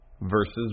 versus